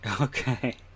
Okay